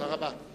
תודה רבה.